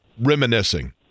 reminiscing